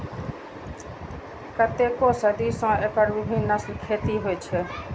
कतेको सदी सं एकर विभिन्न नस्लक खेती होइ छै